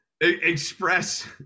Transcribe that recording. express